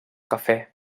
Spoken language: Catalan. cafè